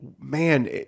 man